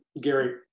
Gary